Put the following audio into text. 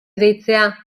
deitzea